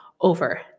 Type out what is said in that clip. over